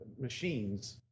machines